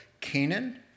Canaan